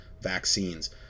vaccines